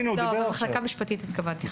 למחלקה המשפטית.